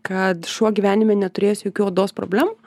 kad šuo gyvenime neturėjęs jokių odos problemų